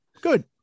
Good